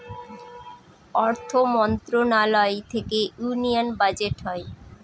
অর্থ মন্ত্রণালয় থেকে ইউনিয়ান বাজেট হয়